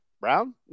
Brown